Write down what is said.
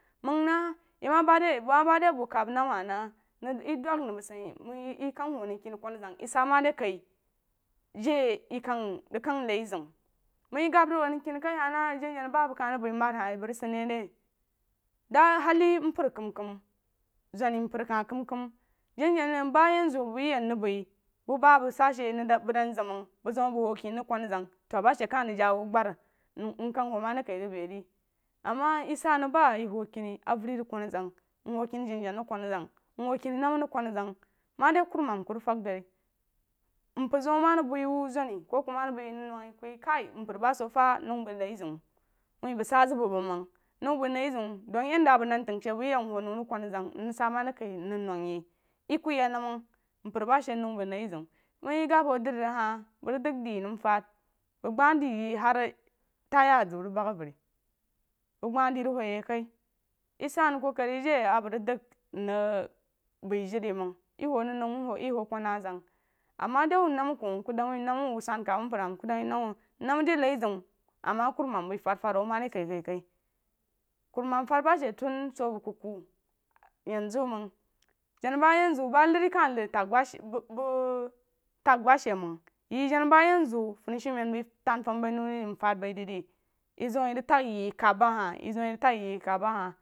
Məng nah heh ma bad di bəng məng ma bad di bu kam nama hah nah nəng, heh dəng nah bəng sah ma di kai jei ye kəng rig kəng nai zeun məng yi gbam rig wuh nəng keni kai hah nah jana jana ba bəng kah bəi bəng mari hah bəng rig sid ni ri da hali mpər kam kam zuni mpər kah kam kam janajana ba hanzu bəng rig yeh ya mrig bəi bo ba sa she bəng dnn zem məng bəng zam a bəng wuh ken rig kuna̍ azang to ba she kah rig jawu gbri mm kəng wuh ma di kai rig bəi re ama yi sah nəng ba yi wuh keni avəri rig beizəng nəng wuh keni janajana rig kun a zeng məng wuh keni nama rig kun a zang ma di kurumam ku rig fang dori mpər zeun ma rig bəi wuh zuni ko ku ma rig bəi nəng nuh ku yeh kai mpər basa feh nou bəng nai zeun wuh bəng sa zang bu bəng məng nou bəng nai zeun dəng yen da a bəng nan tang bu yeh mwuh nou rig kun nzang rig sah madi kai ri nuh yi ye ku yəng nəng məng mpər ba she nou bang nai zeun məng yeh gab wuh dri ri hah bəng dəng di yi nəm fad bəng gbawa di yi har taya ziu rig bəng avəri bəng gbari di rig wuh yi kai yi sah nah kokori jei a bəng dəng mrig bəi jiri yi məng yi wah nəng nou yi wuh kan na zang ama di wuh nama kuh ku dəng wuh nama wuh sankam bəng mpər ah məng nama di nai zeun ama kuruman bəi fad fad wuh mari kah, kah, kurumam fad ba she tun so bəng ku ku yen zu məng jana ba yen zu ba nari kah nari tang ba she bu buu tang ba she məng yi jana ba yen zu funshume bəi tan fum bei nou ri mfad bai yi zam a yi rig təng yi, yi kam ba hah yi zam a yi rig təng yi kam ba hah